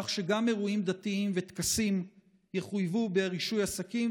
כך שגם אירועים דתיים וטקסים יחויבו ברישוי עסקים,